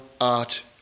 art